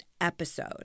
episode